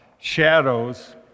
shadows